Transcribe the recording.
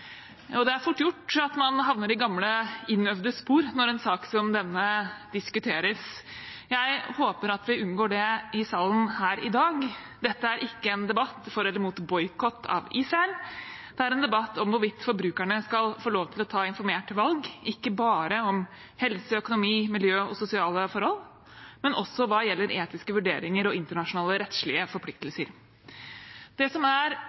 sterke. Det er fort gjort at man havner i gamle, innøvde spor når en sak som denne diskuteres. Jeg håper at vi unngår det i salen her i dag. Dette er ikke en debatt for eller mot boikott av Israel; det er en debatt om hvorvidt forbrukerne skal få lov til å ta informerte valg, ikke bare om helse, økonomi, miljø og sosiale forhold, men også hva gjelder etiske vurderinger og internasjonale rettslige forpliktelser. Det som er